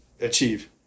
achieve